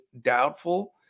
doubtful